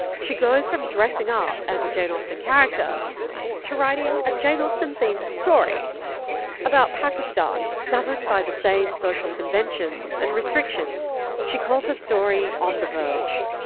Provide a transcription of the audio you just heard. she goes from dressing up as a jane austen character to writing a jane austen-themed story about pakistan governed by the same social conventions and restrictions. she calls her story, on the verge.